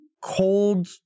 cold